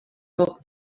poc